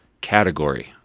Category